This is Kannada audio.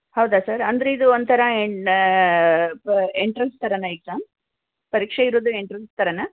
ಹೌದಾ ಸರ್ ಅಂದರೆ ಇದು ಒಂಥರ ಎನ್ ಅ ಬ ಎಂಟ್ರೆನ್ಸ್ ಥರನಾ ಎಗ್ಸಾಮ್ ಪರೀಕ್ಷೆ ಇರೋದು ಎಂಟ್ರೆನ್ಸ್ ಥರನಾ